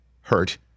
hurt